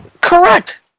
Correct